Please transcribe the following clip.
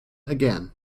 again